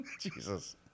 jesus